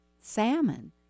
salmon